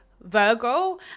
Virgo